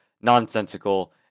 nonsensical